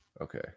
Okay